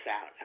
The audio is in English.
out